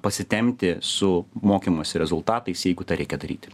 pasitempti su mokymosi rezultatais jeigu tą reikia daryti